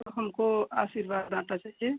तो हमको आशीर्वाद आटा चाहिए